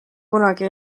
kunagi